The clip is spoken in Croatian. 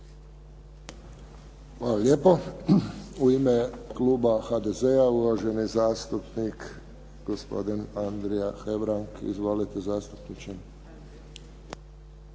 Hvala lijepo. U ime kluba HDZ-a, uvaženi zastupnik gospodin Andrija Hebrang. Izvolite zastupniče.